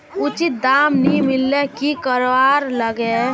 उचित दाम नि मिलले की करवार लगे?